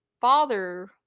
father